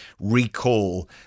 recall